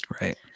Right